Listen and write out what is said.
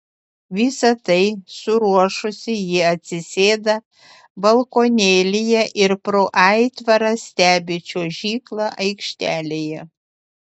visa tai suruošusi ji atsisėda balkonėlyje ir pro atitvarą stebi čiuožyklą aikštelėje